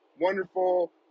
wonderful